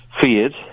feared